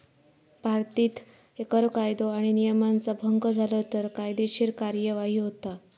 भारतीत कर कायदो आणि नियमांचा भंग झालो तर कायदेशीर कार्यवाही होता